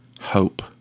hope